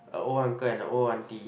a old uncle and a old aunty